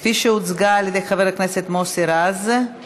כפי שהוצגה על ידי חבר הכנסת מוסי רז.